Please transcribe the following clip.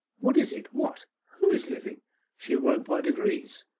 what is it what who is living she awoke by degrees.